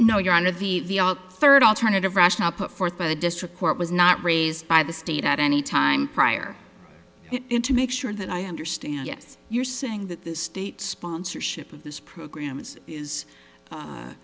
know you're under the the all third alternative rationale put forth by the district court was not raised by the state at any time prior to make sure that i understand yes you're saying that the state sponsorship of this program is is